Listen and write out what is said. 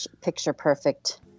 picture-perfect